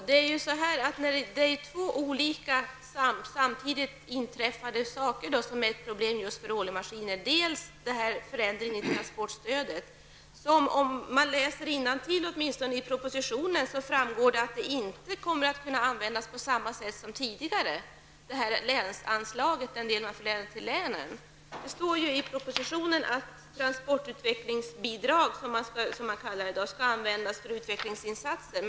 Herr talman! Problemet för Ålö-Maskiner är att två saker har inträffat samtidigt. Det ena är det förändrade transportstödet. Av propositionen framgår det att länsanslaget inte kommer att kunna användas på samma sätt som tidigare. Det står i propositionen att transportutvecklingsbidrag skall användas för utvecklingsinsatser.